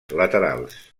laterals